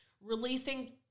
Releasing